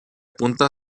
apunta